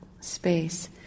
space